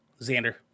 Xander